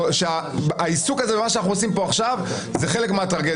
העיסוק בנושא הנוכחי הוא חלק מהטרגדיה,